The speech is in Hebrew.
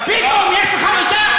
יש לך דיווח מהחקירה, פתאום יש לך מידע?